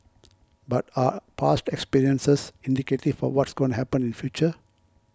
but are past experiences indicative for what's gonna happen in future